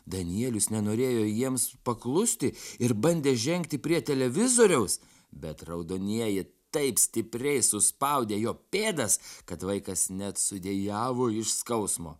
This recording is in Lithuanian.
danielius nenorėjo jiems paklusti ir bandė žengti prie televizoriaus bet raudonieji taip stipriai suspaudė jo pėdas kad vaikas net sudejavo iš skausmo